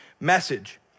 message